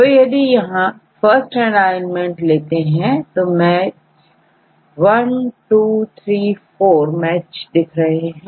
तो यदि यहां फर्स्ट एलाइनमेंट ले तो मैच1234 मैचेस दिख रहे हैं